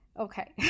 Okay